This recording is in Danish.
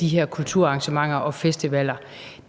de her kulturarrangementer og festivaler;